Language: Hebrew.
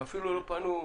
הם אפילו לא פנו.